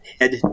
Head